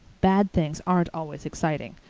bad things aren't always exciting.